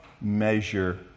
measure